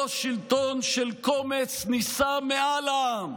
לא שלטון של קומץ נישא מעל העם,